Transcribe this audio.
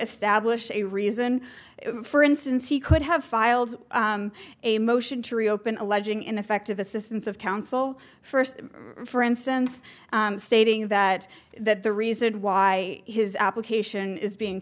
a stab wish a reason for instance he could have filed a motion to reopen alleging ineffective assistance of counsel first for instance stating that that the reason why his application is being